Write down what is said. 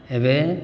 ଏବେ